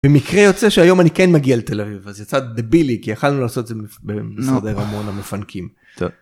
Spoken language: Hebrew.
במקרה יוצא שהיום אני כן מגיע לתל אביב, אז יצא דבילי, כי יכולנו לעשות את זה במשרדי רמון המפנקים.